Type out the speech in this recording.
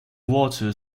water